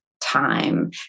time